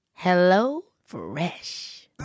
HelloFresh